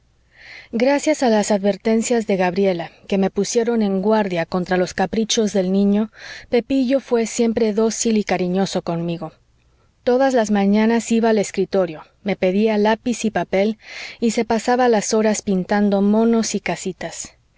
gracias a las advertencias de gabriela que me pusieron en guardia contra los caprichos del niño pepillo fué siempre dócil y cariñoso conmigo todas las mañanas iba al escritorio me pedía lápiz y papel y se pasaba las horas pintando monos y casitas